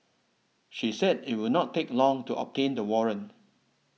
she said it would not take long to obtain the warrant